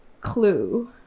clue